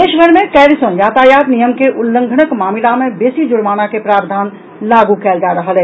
देशभर में काल्हि सँ यातायात नियम के उल्लंघनक मामिला मे बेसी जुर्माना के प्रावधान लागू कयल जा रहल अछि